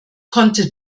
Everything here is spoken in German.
konnte